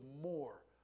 more